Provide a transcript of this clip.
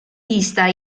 vista